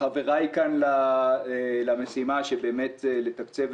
חבריי למשימה של תקצוב